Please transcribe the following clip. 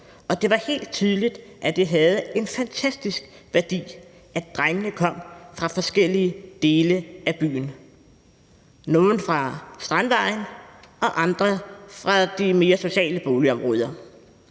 og det var helt tydeligt, at det havde en fantastisk værdi, at drengene kom fra forskellige dele af byen, nogle kom fra Strandvejen og andre fra de mere sociale boligområder.